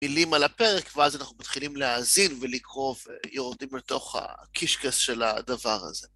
מילים על הפרק ואז אנחנו מתחילים להאזין ולקרוב, יורדים לתוך הקישקס של הדבר הזה.